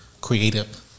creative